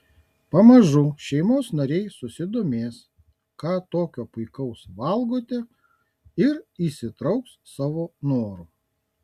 pamažu šeimos nariai susidomės ką tokio puikaus valgote ir įsitrauks savo noru